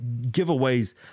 giveaways